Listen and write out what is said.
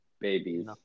Babies